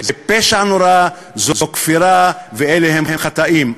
זה פשע נורא, זו כפירה, ואלה הם חטאים.